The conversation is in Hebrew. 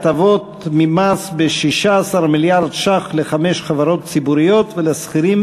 הטבות מס ב-16 מיליארד שקל לחמש חברות ציבוריות ועל השכירים